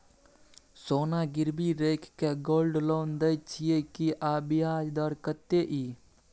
सोना गिरवी रैख के गोल्ड लोन दै छियै की, आ ब्याज दर कत्ते इ?